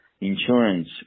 insurance